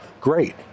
great